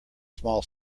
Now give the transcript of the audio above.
small